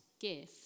gift